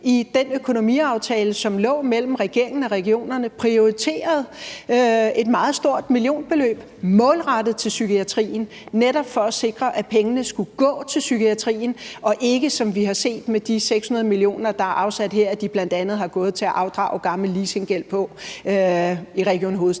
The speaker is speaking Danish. i den økonomiaftale, som lå mellem regeringen og regionerne, prioriterede et meget stort millionbeløb målrettet til psykiatrien, netop for at sikre, at pengene skulle gå til psykiatrien og ikke, som vi har set med de 600 mio. kr., der er afsat her, at de bl.a. er gået til at afdrage gammel leasinggæld i Region Hovedstaden,